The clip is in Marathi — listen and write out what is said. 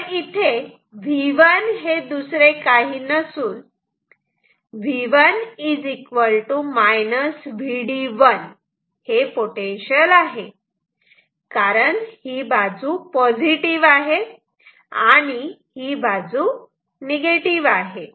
तर V1 हे दुसरे काही नसून V1 Vd1 कारण ही बाजू पॉझिटिव आहे आणि ही बाजू निगेटिव आहे